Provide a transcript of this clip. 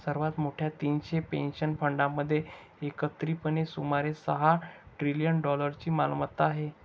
सर्वात मोठ्या तीनशे पेन्शन फंडांमध्ये एकत्रितपणे सुमारे सहा ट्रिलियन डॉलर्सची मालमत्ता आहे